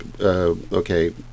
okay